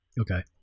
okay